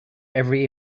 every